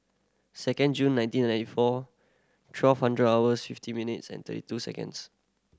second June nineteen ninety four twelve hundred hours fifty minutes and thirty two seconds